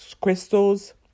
crystals